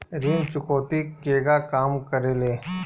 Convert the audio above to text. ऋण चुकौती केगा काम करेले?